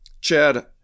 Chad